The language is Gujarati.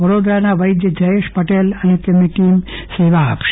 વડોદરાના વૈધ જયેશ પટેલ અને તેમની ટીમ સેવા આપશે